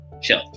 Sure